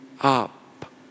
up